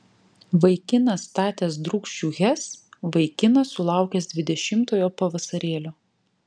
vaikinas statęs drūkšių hes vaikinas sulaukęs dvidešimtojo pavasarėlio